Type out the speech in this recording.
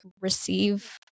receive